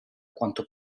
quanto